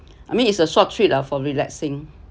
I mean it's a short trip lah for relaxing